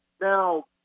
Now